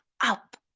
up